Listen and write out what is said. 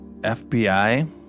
FBI